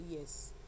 yes